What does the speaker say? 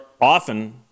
often